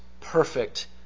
perfect